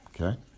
Okay